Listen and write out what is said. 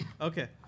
Okay